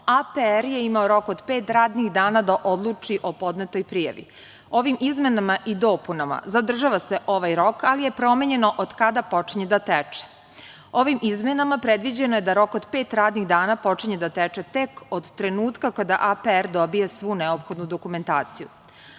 APR je imao rok od pet radnih dana da odluči o podnetoj prijavi. Ovim izmenama i dopunama zadržava se ovaj rok, ali je promenjeno od kada počinje da teče. Ovim izmenama predviđeno je da rok od pet radnih dana počinje da teče tek od trenutka kada APR dobije svoju neophodnu dokumentaciju.